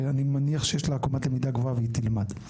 אני מניח שיש לה עקומת למידה גבוהה, והיא תלמד.